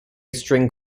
string